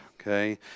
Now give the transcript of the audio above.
okay